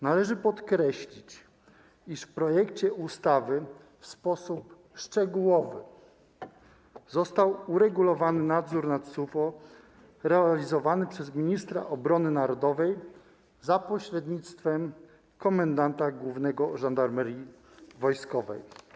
Należy podkreślić, iż w projekcie ustawy w sposób szczegółowy został uregulowany nadzór nad SUFO realizowany przez ministra obrony narodowej za pośrednictwem komendanta głównego Żandarmerii Wojskowej.